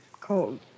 cold